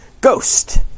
ghost